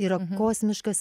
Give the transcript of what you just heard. yra kosmiškas